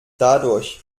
dadurch